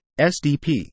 SDP